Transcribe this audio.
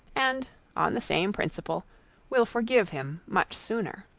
and on the same principle will forgive him much sooner.